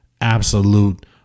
absolute